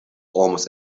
almost